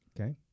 Okay